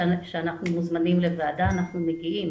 ברגע שאנחנו מוזמנים לוועדה אנחנו מגיעים,